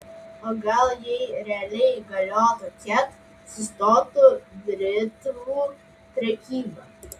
o gal jei realiai galiotų ket sustotų britvų prekyba